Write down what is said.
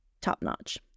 top-notch